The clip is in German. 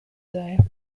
sei